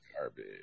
Garbage